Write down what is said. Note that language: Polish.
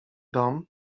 dom